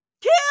kill